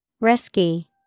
Risky